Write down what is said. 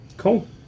cool